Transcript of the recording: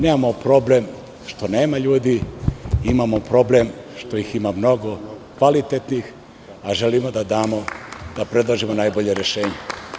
Nemamo problem što nema ljudi, imamo problem što ih ima mnogo kvalitetnih, a želimo da damo, da predložimo najbolje rešenje.